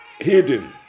hidden